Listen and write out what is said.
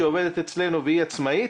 שעובדת אצלנו והיא עצמאית,